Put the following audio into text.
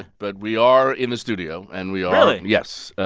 but we are in the studio, and we are. really? yes.